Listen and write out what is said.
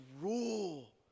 rule